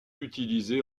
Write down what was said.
utilisés